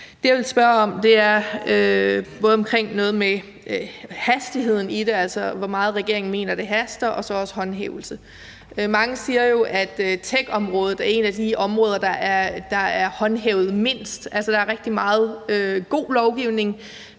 Det, jeg ville spørge om, er både omkring noget med hastigheden i det, altså hvor meget regeringen mener det haster, og så også håndhævelse. Mange siger jo, at techområdet er et af de områder, der bliver håndhævet mindst. Der er altså rigtig meget god lovgivning,